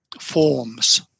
forms